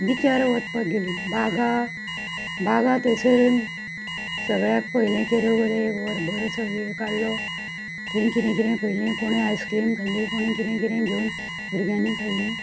बिचार वचपाक गेलीं बागा बागा थंयसर सगल्याक पयलें केदो वोगोत एक वरभर असो वेळ काडलो थंय कितें कितें पयलें कोणें आयस्क्रीम खाली कोणें कितें कितें घेवन भुरग्यांनी खाल्ली